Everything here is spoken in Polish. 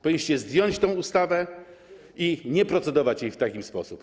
Powinniście zdjąć tę ustawę i nie procedować nad nią w taki sposób.